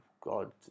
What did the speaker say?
God